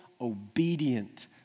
obedient